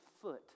foot